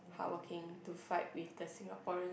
hardworking to fight with the Singaporean